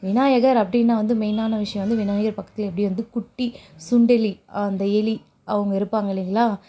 விநாயகர் அப்படின்னா வந்து ஒரு மெயினான விஷயம் வந்து விநாயகர் பக்கத்தில் எப்படி வந்து குட்டி சுண்டெலி அந்த எலி அவங்க இருப்பாங்க இல்லைங்களா